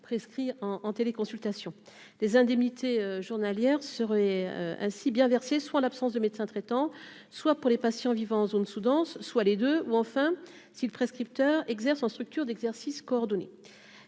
prescrit en en téléconsultation des indemnités journalières seraient ainsi bien verser soit l'absence de médecins traitants, soit pour les patients vivant en zones sous-denses, soit les 2 ou enfin si le prescripteur exerce en structures d'exercice coordonné,